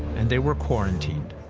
and they were quarantined.